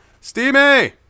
Steamy